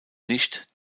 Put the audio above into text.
nicht